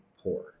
poor